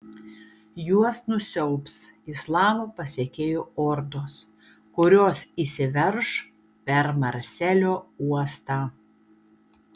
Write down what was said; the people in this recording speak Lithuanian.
juos nusiaubs islamo pasekėjų ordos kurios įsiverš per marselio uostą